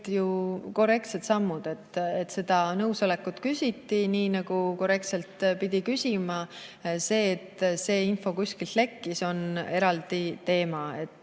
korrektsed sammud. Seda nõusolekut küsiti, nagu korrektselt pidi küsima. See, et see info kuskilt lekkis, on eraldi teema.